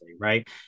right